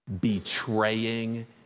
betraying